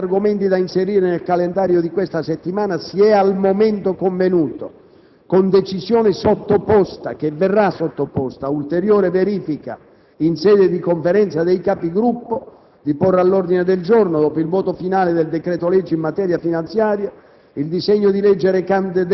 Per quanto riguarda gli altri argomenti da inserire nel calendario di questa settimana, si è al momento convenuto - con decisione che verrà sottoposta ad ulteriore verifica in sede di Conferenza dei Capigruppo - di porre all'ordine del giorno, dopo il voto finale del decreto-legge in materia finanziaria,